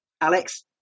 Alex